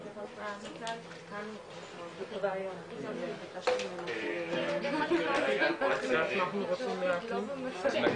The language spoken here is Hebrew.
11:20.